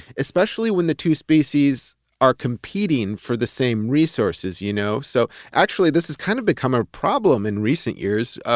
especially when the two species are competing for the same resources. you know so actually this has kind of become a problem in recent years.